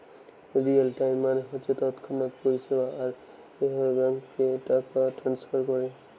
real time মানে হচ্ছে তৎক্ষণাৎ পরিষেবা আর এভাবে ব্যাংকে টাকা ট্রাস্নফার কোরে